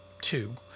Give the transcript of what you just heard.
two